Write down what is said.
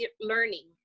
learning